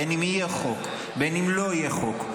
בין אם יהיה חוק ובין אם לא יהיה חוק,